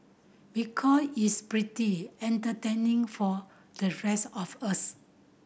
because it's pretty entertaining for the rest of us